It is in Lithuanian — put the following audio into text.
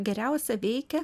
geriausia veikia